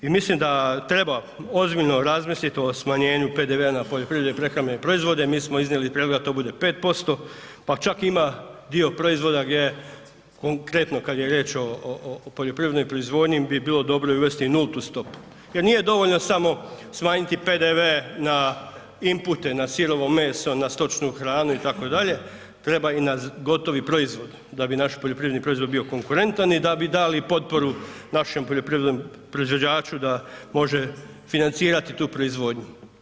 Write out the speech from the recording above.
I mislim da treba ozbiljno razmisliti o smanjenju PDV-a na poljoprivredne i prehrambene proizvode, mi smo iznijeli prijedlog da to bude 5%, pa čak ima dio proizvoda gdje konkretno, kad je riječ o poljoprivrednoj proizvodnji bi bilo dobro i uvesti i nultu stopu jer nije dovoljno samo smanjiti PDV na inpute, na sirovo meso, na stočnu hranu, itd., treba i na gotovi proizvod da bi naši poljoprivredni proizvod bio konkurentan i da bi dali potporu našim poljoprivrednom proizvođaču da može financirati tu proizvodnju.